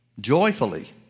joyfully